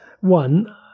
One